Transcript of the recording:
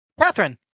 Catherine